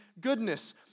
goodness –